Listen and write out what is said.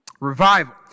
Revival